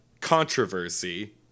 controversy